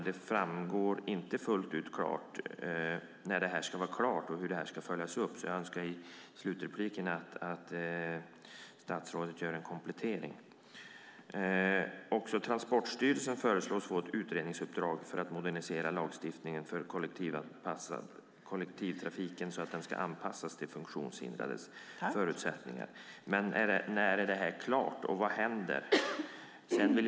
Det framgår inte fullt ut när det ska vara klart och hur det ska följas upp. Jag önskar att statsrådet gör en komplettering i sitt sista inlägg. Också Transportstyrelsen föreslås få ett utredningsuppdrag för att modernisera lagstiftningen för att kollektivtrafiken ska anpassas till funktionshindrades förutsättningar. När är det klart, och vad händer? Fru talman!